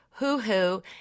hoo-hoo